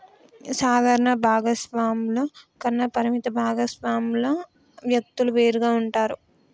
సాధారణ భాగస్వామ్యాల కన్నా పరిమిత భాగస్వామ్యాల వ్యక్తులు వేరుగా ఉంటారు